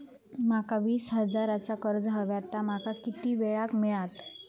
माका वीस हजार चा कर्ज हव्या ता माका किती वेळा क मिळात?